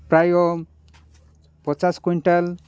ପ୍ରାୟ ପଚାଶ କୁଇଣ୍ଟାଲ୍